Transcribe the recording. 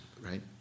right